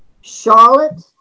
Charlotte